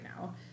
now